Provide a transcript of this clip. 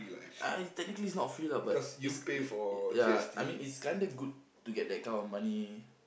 uh technically it's not free lah but it's it it ya I mean it's kind of good to get that kind of money